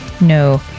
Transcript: No